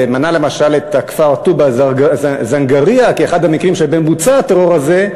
ומנה למשל את הכפר טובא-זנגרייה כאחד המקרים שבהם בוצע הטרור הזה,